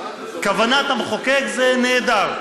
כוונת המחוקק זה נהדר,